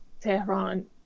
Tehran